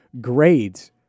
grades